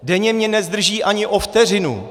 Denně mě nezdrží ani o vteřinu.